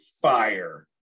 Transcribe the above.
fire